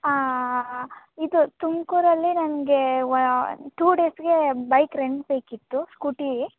ಇದು ತುಮಕೂರಲ್ಲಿ ನನಗೆ ಒನ್ ಟೂ ಡೇಸ್ಗೆ ಬೈಕ್ ರೆಂಟ್ ಬೇಕಿತ್ತು ಸ್ಕೂಟಿ